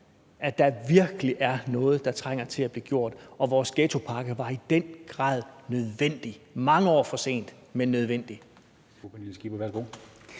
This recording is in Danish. at der virkelig er noget, der trænger til at blive gjort, og at vores ghettopakke i den grad var nødvendig? Det var mange år for sent, men den